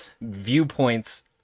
viewpoints